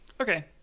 okay